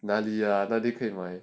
现在快点买